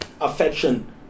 affection